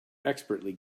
expertly